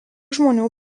žmonių